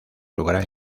gran